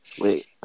wait